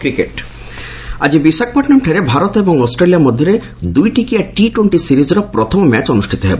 cricket ଆଜି ବିଶାଖାପଟନମ୍ଠାରେ ଭାରତ ଏବଂ ଅଷ୍ଟ୍ରେଲିଆ ମଧ୍ୟରେ ଦୁଇଟିକିଆ ଟି ଟୋଣ୍ଟି ସିରିଜ୍ର ପ୍ରଥମ ମ୍ୟାଚ୍ ଅନୁଷ୍ଠିତ ହେବ